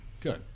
good